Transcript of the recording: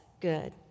good